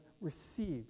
received